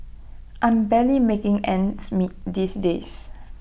I'm barely making ends meet these days